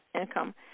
income